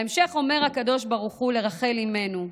בהמשך אומר הקדוש ברוך הוא לרחל אימנו: